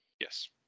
Yes